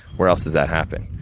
where else does that happen?